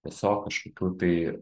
tiesiog kažkokių tai